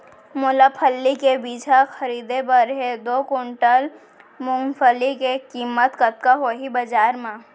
मोला फल्ली के बीजहा खरीदे बर हे दो कुंटल मूंगफली के किम्मत कतका होही बजार म?